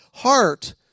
heart